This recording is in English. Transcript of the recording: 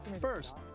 First